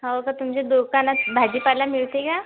हो का तुमच्या दुकानात भाजीपाला मिळते का